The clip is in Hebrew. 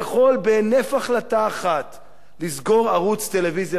מישהו יכול בהינף החלטה אחת לסגור ערוץ טלוויזיה במדינת ישראל.